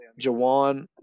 Jawan